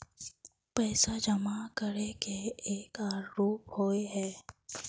पैसा जमा करे के एक आर रूप होय है?